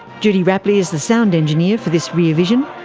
judy rapley is the sound engineer for this rear vision.